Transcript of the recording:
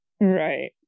Right